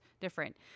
different